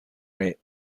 rate